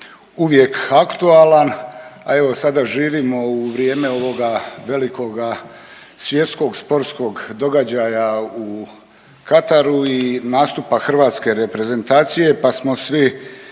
uvijek aktualan, a evo, sada živimo u vrijeme ovoga velikoga svjetskog sportskog događaja u Kataru i nastupa hrvatske reprezentacije pa smo svi